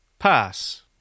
Pass